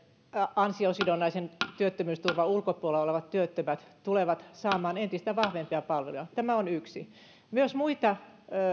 ansiosidonnaisen työttömyysturvan ulkopuolella olevat työttömät tulevat saamaan entistä vahvempia palveluja tämä on yksi myös muita